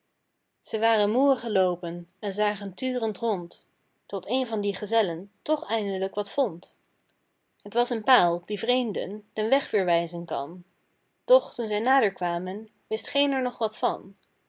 zij waren moê geloopen en zagen turend rond tot één van die gezellen toch eindelijk wat vond het was een paal die vreemden den weg weer wij zen kan doch toen zij nader kwamen wist geen er nog wat van